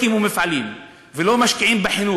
אז אם לא הקימו מפעלים, ולא משקיעים בחינוך,